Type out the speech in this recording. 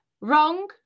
Wrong